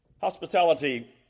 Hospitality